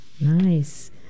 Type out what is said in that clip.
nice